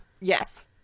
Yes